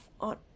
on